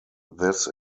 this